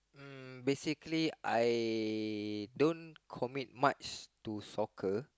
uh basically I don't commit much to soccer